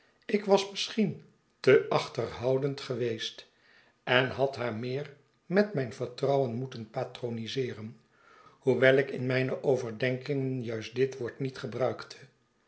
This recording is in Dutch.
ik was misscbien te achterhoudend geweest en had haar meer met mijn vertrouwen moeten patroniseeren hoewel ik in mijne overdenkingen juist dit woord niet gebruikte